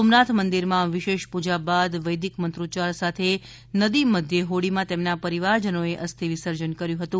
સોમનાથ મંદિરમાં વિશેષ પૂજા બાદ વૈદિક મંત્રોચ્યાર સાથે નદી મધ્યે હોડીમાં તેમના પરિવારજનોએ અસ્થિ વિસર્જન કર્યું હતું